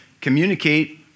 communicate